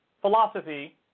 philosophy